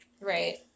Right